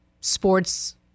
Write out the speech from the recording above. sports